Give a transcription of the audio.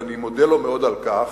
ואני מודה לו מאוד על כך,